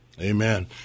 Amen